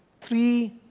three